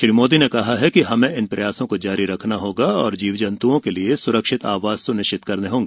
श्री मोदी ने कहा कि हमें इन प्रयासों को जारी रखना होगा और जीव जन्तुओं के लिए सुरक्षित आवास सुनिश्चित करना होगा